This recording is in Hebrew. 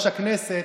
הכנסת,